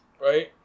Right